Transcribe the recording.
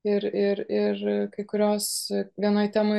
ir ir ir kai kurios vienai temai